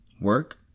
work